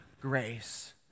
grace